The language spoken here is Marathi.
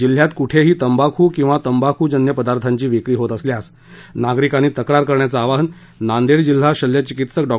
जिल्ह्यात कुठेही तंबाखू किंवा तंबाखूजन्य पदार्थांची विक्री होत असल्यास नागरिकांनी तक्रार करण्याचं आवाहन नांदेड जिल्हा शल्य चिकित्सक डॉ